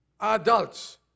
adults